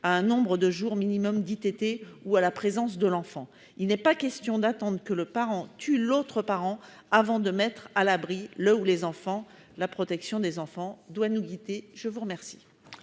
à un nombre minimum de jours d'ITT ou à la présence de l'enfant. Il n'est pas question d'attendre que l'un des parents tue l'autre parent avant de mettre à l'abri le ou les enfants. La protection des enfants doit nous guider. L'amendement